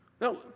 No